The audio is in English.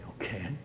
okay